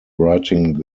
writing